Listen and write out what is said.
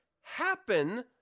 happen